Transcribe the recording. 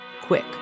quick